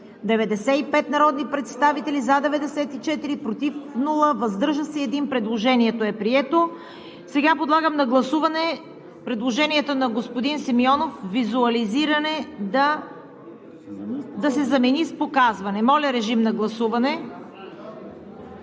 95 народни представители: за 94, против няма, въздържал се 1. Предложението е прието. Сега подлагам на гласуване предложението на господин Симеонов „визуализиране“ да се замени с „показване“. Гласували